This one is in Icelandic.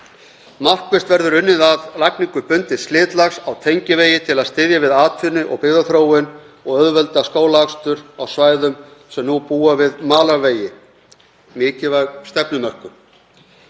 „Markvisst verður unnið að lagningu bundins slitlags á tengivegi til að styðja við atvinnu- og byggðaþróun og auðvelda skólaakstur á svæðum sem nú búa við malarvegi.“ Mikilvæg stefnumörkun.